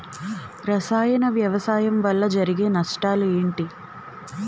రసాయన వ్యవసాయం వల్ల జరిగే నష్టాలు ఏంటి?